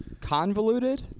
convoluted